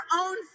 own